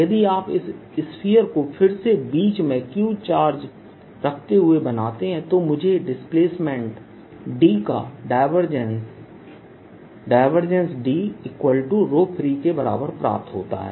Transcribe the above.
यदि आप इस स्फीयर को फिर से बीच में Q चार्ज रखते हुए बनाते हैं तो मुझे डिस्प्लेसमेंट D का डायवर्जेंस Dfree के बराबर प्राप्त होता है